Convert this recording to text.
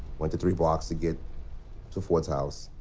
went the three blocks to get to ford's house.